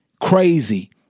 Crazy